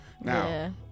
Now